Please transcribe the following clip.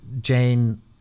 Jane